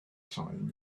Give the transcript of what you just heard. time